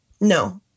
no